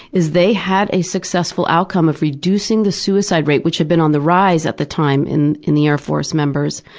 is they had a successful outcome of reducing the suicide rate, which had been on the rise at the time in in the air force members,